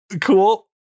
cool